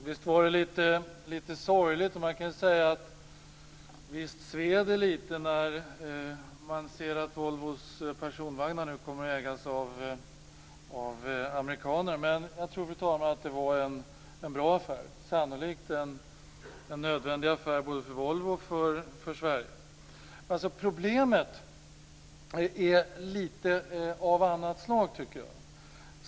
Fru talman! Visst var det lite sorgligt, och visst sved det lite, när man såg att Volvo Personvagnar nu kommer att ägas av amerikaner. Men jag tror, fru talman, att det var en bra affär. Det var sannolikt en nödvändig affär både för Volvo och för Sverige. Problemet är av ett lite annat slag, tycker jag.